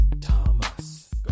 Thomas